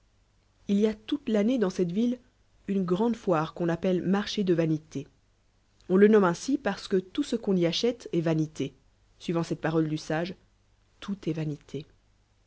ii y a toute l'année dans cette ville une grande foire qu'on appelle marché de v cretlé on le nomme aiusi parce que tout ce qu'on y achète est anité suivant cette parole du sa e toul est vanité